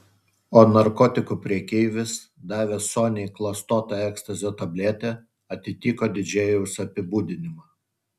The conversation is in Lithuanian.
o narkotikų prekeivis davęs soniai klastotą ekstazio tabletę atitiko didžėjaus apibūdinimą